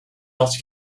else